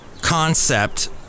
Concept